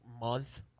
Month